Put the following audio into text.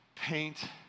paint